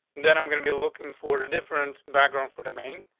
then i'm gonna be looking for a different background for the main,